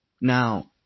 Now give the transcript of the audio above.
now